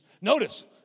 Notice